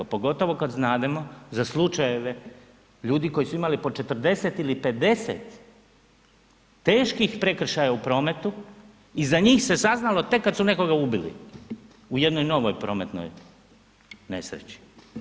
Pogotovo kad znademo za slučajeve ljudi koji su imali po 40 ili 50 teških prekršaja u prometu i za njih se saznalo tek kad su nekoga ubili u jednoj novoj prometnoj nesreći.